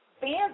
fans